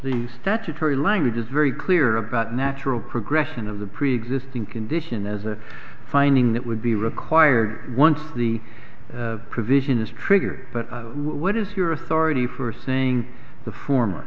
the statutory language is very clear about natural progression of the preexisting condition as a finding that would be required once the provision is triggered but what is your authority for saying the former